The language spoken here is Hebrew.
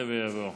יעלה ויבוא.